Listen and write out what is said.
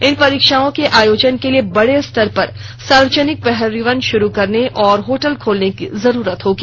इन परीक्षाओं के आयोजन के लिए बड़े स्तर पर सार्वजनिक परिवहन शुरू करने और होटल खोलने की जरूरत होगी